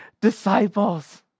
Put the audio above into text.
disciples